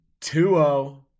2-0